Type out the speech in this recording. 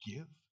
Give